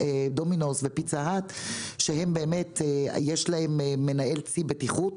דומינוס או פיצה האט שיש להן מנהל צי בטיחות